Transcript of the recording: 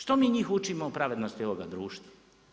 Što mi njih učimo o pravednosti ovoga društva?